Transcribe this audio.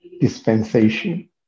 dispensation